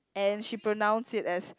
and she pronounce it as